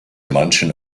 manchen